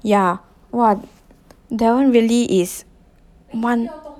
yeah !wah! that one really is one